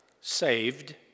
saved